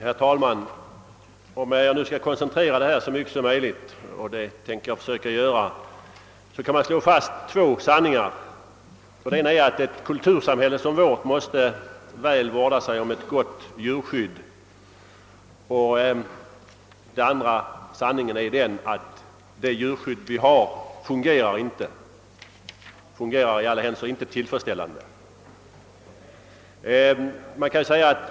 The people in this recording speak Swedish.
Herr talman! Om jag nu skall koprcentrera min framställning så mycket som möjligt — och det tänker jag försöka göra — vill jag bara slå fast två sanningar. Den ena är att ett kultursamhälle som vårt måste väl vårda sig om ett gott djurskydd. Den andra sanningen är att det djurskydd vi har inte fungerar tillfredsställande.